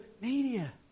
media